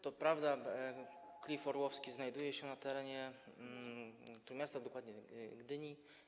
To prawda, Klif Orłowski znajduje się na terenie Trójmiasta, dokładnie Gdyni.